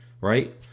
right